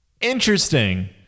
Interesting